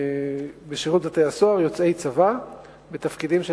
להציב בשירות בתי-הסוהר יוצאי צבא בתפקידים של